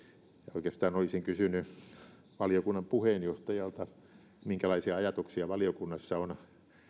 oikeastaan olisin kysynyt valiokunnan puheenjohtajalta minkälaisia ajatuksia valiokunnassa on